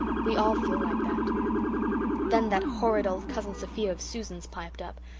we all feel like that then that horrid old cousin sophia of susan's piped up.